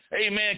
amen